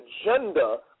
agenda